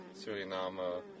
Suriname